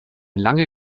lange